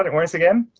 and once again,